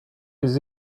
des